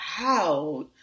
Wow